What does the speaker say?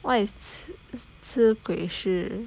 what is 驱鬼师